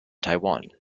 taiwan